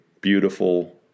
beautiful